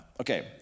Okay